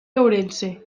ourense